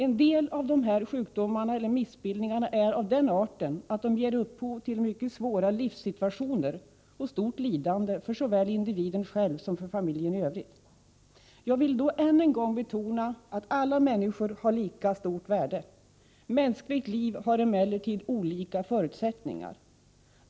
En del av dessa sjukdomar eller missbildningar är av den arten att de ger upphov till mycket svåra livssituationer och stort lidande för såväl individen själv som för familjen i övrigt. Jag vill då än en gång betona att alla människor har lika stort värde. Mänskligt liv har emellertid olika förutsättningar.